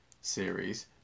series